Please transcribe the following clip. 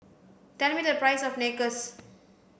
tell me the price of Nachos